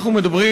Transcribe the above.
אנחנו מדברים,